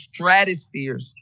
stratospheres